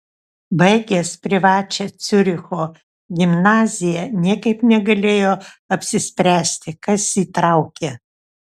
baigęs privačią ciuricho gimnaziją niekaip negalėjo apsispręsti kas jį traukia